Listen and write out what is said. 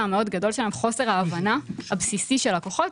המאוד גדול של חוסר ההבנה הבסיסי של לקוחות,